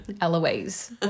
Eloise